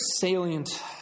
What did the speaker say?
salient